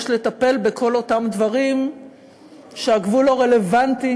יש לטפל בכל אותם דברים שהגבול לא רלוונטי